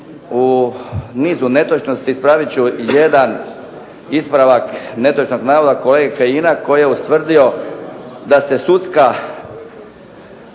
U nizu netočnosti ispravit ću jedan ispravak netočnog navoda kolege Kajina koji je ustvrdio da se sudska